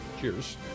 Cheers